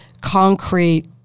concrete